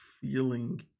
feeling